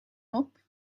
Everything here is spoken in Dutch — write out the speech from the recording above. mop